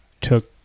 took